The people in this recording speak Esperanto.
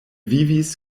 vivis